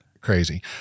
crazy